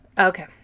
Okay